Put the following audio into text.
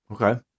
Okay